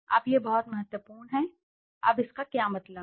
अब यह बहुत महत्वपूर्ण है अब इसका क्या मतलब है